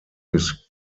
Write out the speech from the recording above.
his